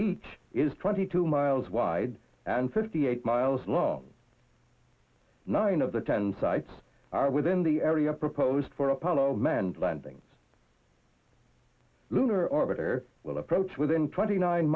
each is twenty two miles wide and fifty eight miles long nine of the ten sites are within the area proposed for apollo manned landings lunar orbiter will approach within twenty nine